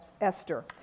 Esther